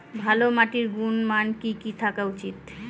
ভালো মাটির গুণমান কি কি থাকা উচিৎ?